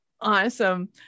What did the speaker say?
awesome